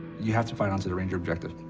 you have to fight on to the ranger objective.